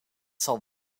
zal